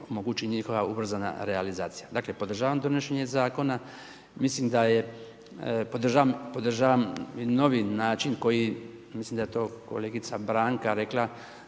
omogući njihova ubrzana realizacija. Dakle, podržavam donošenje zakona. Mislim da je, podržavam novi način, koji, mislim da to kolegica Branka rekla,